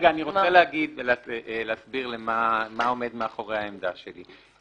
אני רוצה להסביר מה עומד מאחורי העמדה שלי.